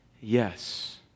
Yes